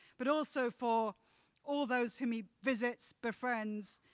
but also for all those whom he visits, befriends,